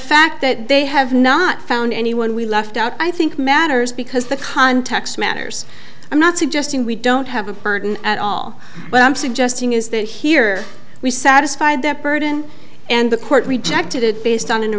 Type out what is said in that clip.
fact that they have not found anyone we left out i think matters because the context matters i'm not suggesting we don't have a burden at all but i'm suggesting is that here we satisfied that burden and the court rejected it based on